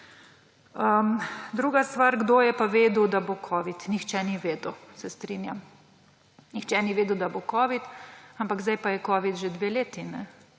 Druga stvar, da kdo je pa vedel, da bo covid. Nihče ni vedel. Se strinjam. Nihče ni vedel, da bo covid, ampak zdaj pa je covid že dve leti. V